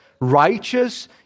righteous